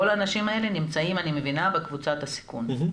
כל האנשים נמצאים, אני מבינה, בקבוצת סיכון.